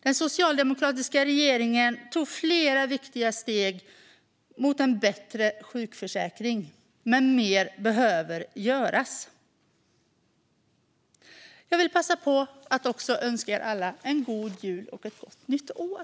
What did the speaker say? Den socialdemokratiska regeringen tog flera viktiga steg mot en bättre sjukförsäkring, men mer behöver göras. Jag vill passa på att önska er alla en god jul och ett gott nytt år.